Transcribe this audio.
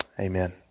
amen